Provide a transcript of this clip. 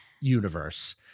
universe